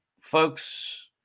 folks